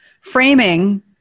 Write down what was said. framing